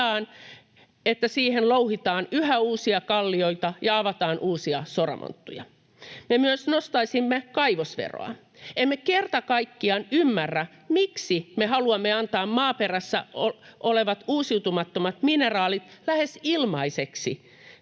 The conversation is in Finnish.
että siihen louhitaan yhä uusia kallioita ja avataan uusia soramonttuja. Me myös nostaisimme kaivosveroa. Emme kerta kaikkiaan ymmärrä, miksi me haluamme antaa maaperässä olevat uusiutumattomat mineraalit lähes ilmaiseksi